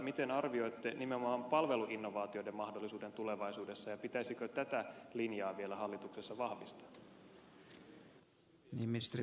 miten arvioitte nimenomaan palveluinnovaatioiden mahdollisuuden tulevaisuudessa ja pitäisikö tätä linjaa vielä hallituksessa vahvistaa